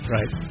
Right